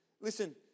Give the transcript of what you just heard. listen